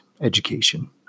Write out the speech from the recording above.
education